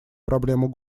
проблему